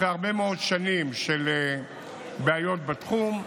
אחרי הרבה מאוד שנים של בעיות בתחום,